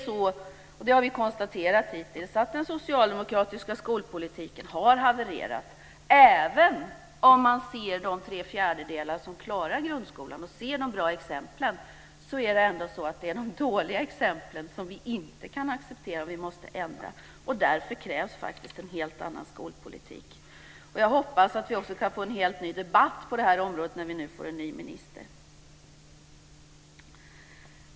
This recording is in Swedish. Vi har konstaterat att den socialdemokratiska skolpolitiken har havererat. Även om vi ser till de goda exemplen, de tre fjärdedelar som klarar grundskolan, kan vi inte acceptera de dåliga exemplen, som vi måste ändra på. Därför krävs det faktiskt en helt annan skolpolitik. Jag hoppas också att vi kan få en helt ny debatt på det här området när vi nu får en ny minister.